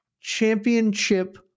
championship